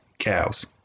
Cows